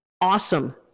awesome